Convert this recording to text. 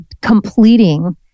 completing